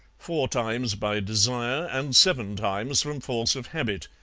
four times by desire and seven times from force of habit,